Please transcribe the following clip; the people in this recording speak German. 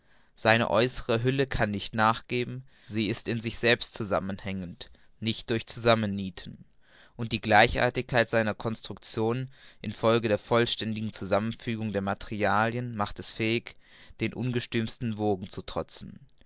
seine äußere hülle kann nicht nachgeben sie ist in sich selbst zusammenhängend nicht durch zusammennieten und die gleichartigkeit seiner construction in folge der vollständigen zusammenfügung der materialien macht es fähig den ungestümsten wogen zu trotzen